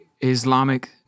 Islamic